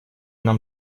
нам